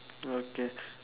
okay